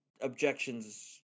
objections